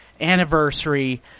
anniversary